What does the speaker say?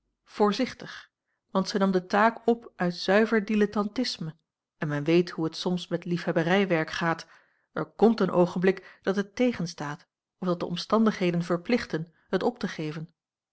voorzichtig want zij nam de taak op uit zuiver dilettantisme en men weet hoe het soms met liefhebberijwerk gaat er komt een oogenblik dat het tegenstaat of dat de omstandigheden verplichten het op te geven